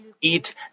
eat